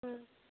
ꯎꯝ